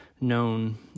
known